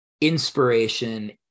inspiration